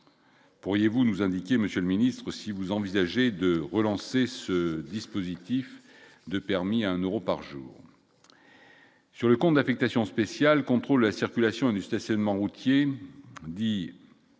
pourriez-vous nous indiquer, Monsieur le Ministre, si vous envisagez de relancer ce dispositif de permis à un Euro par jour sur le qu'on affectations spéciales contrôlent la circulation et du stationnement routier dit-on